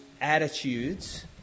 attitudes